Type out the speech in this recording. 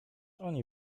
oni